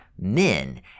men